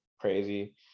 crazy